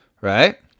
right